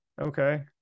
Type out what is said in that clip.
Okay